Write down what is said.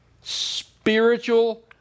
spiritual